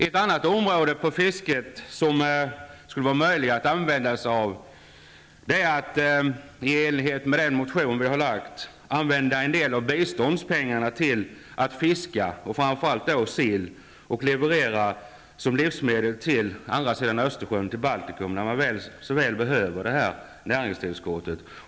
En annan möjlighet när det gäller fisket är att i enlighet med den motion vi har väckt använda en del av biståndspengarna till att fiska, framför allt sill, och leverera som livsmedel till Baltikum, där man så väl behöver det här näringstillskottet.